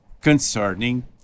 concerning